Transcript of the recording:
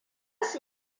su